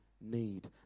need